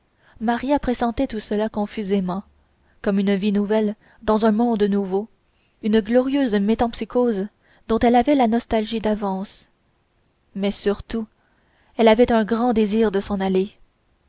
maria pressentait tout cela confusément comme une vie nouvelle dans un monde nouveau une glorieuse métempsycose dont elle avait la nostalgie d'avance mais surtout elle avait un grand désir de s'en aller